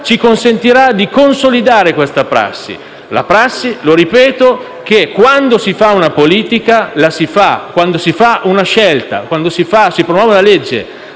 ci consentirà di consolidare questa prassi. La prassi - lo ripeto - che quando si fa una politica, quando si fa una scelta o si promuove una legge,